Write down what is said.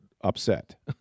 upset